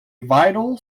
vital